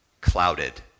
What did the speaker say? clouded